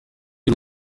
y’u